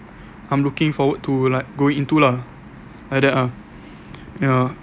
I'm looking forward to like go into lah like that ah ya